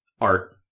art